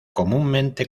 comúnmente